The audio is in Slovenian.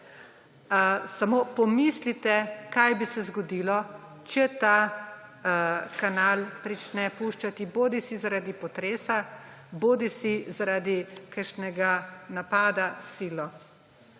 Samo pomislite, kaj bi se zgodilo, če ta kanal prične puščati bodisi zaradi potresa bodisi zaradi kakšnega napada s silo.